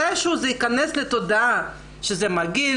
מתי שהוא זה יכנס לתודעה שזה מקובל,